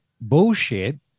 bullshit